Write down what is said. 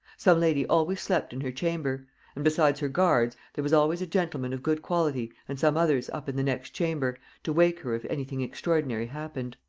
some lady always slept in her chamber and besides her guards, there was always a gentleman of good quality and some others up in the next chamber, to wake her if any thing extraordinary happened